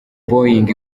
boeing